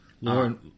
Lauren